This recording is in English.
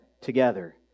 together